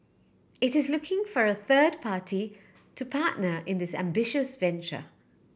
it is looking for a third party to partner in this ambitious venture